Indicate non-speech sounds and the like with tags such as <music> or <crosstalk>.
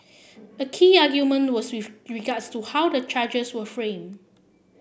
a key argument was <unintelligible> regards to how the charges were framed